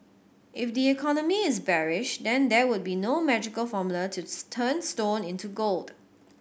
if the economy is bearish then there would be no magical formula to turn stone into gold